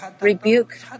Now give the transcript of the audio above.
rebuke